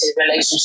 relationship